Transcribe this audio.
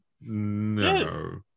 No